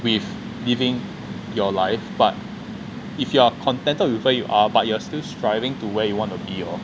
with living your life but if you are contented with where you are but you are still striving to where you want to be hor